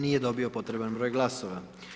Nije dobio potreban broj glasova.